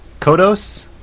Kodos